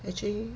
actually